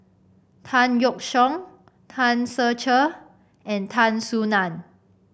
Tan Yeok Seong Tan Ser Cher and Tan Soo Nan